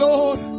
Lord